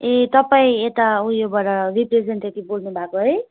ए तपाईँ एता उयोबाट रिप्रेजेन्टेटिभ बोल्नु भएको है